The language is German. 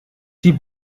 die